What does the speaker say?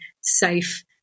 safe